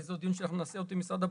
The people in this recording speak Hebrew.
וזה עוד דיון שנעשה עם משרד הבריאות,